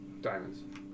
diamonds